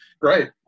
Great